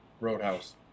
Roadhouse